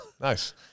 Nice